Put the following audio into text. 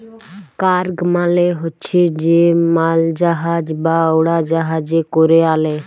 cargo মালে হছে যে মালজাহাজ বা উড়জাহাজে ক্যরে আলে